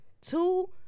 two